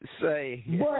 Say